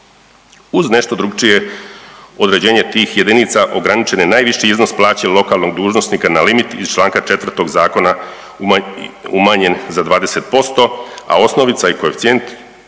uz nešto drukčije određenje tih jedinica ograničen je najviši iznos plaće lokalnog dužnosnika na limit iz članka 4. Zakona umanjen za 20%, a osnovica i koeficijent